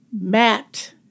Matt